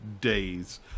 days